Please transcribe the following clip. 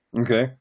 Okay